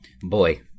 Boy